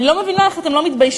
אני לא מבינה איך אתם לא מתביישים,